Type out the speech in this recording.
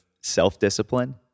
self-discipline